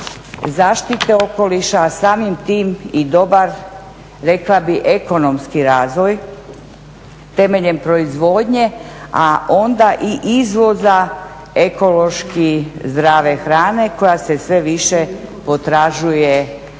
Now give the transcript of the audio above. zaštite okoliša a samim tim dobar rekla bih ekonomski razvoj temeljem proizvodnje a onda i izvoza ekološki zdrave hrane koja se sve više potražuje i